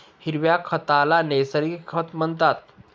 हिरव्या खताला नैसर्गिक खत म्हणतात